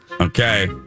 Okay